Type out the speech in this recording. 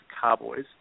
Cowboys